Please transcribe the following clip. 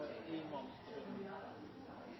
at man her